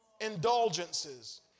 indulgences